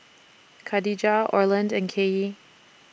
Kadijah Orland and Kaylee